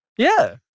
yeah,